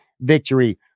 victory